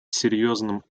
серьезным